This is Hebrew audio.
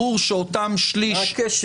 ברור שאותם שליש --- מה הקשר?